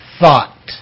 thought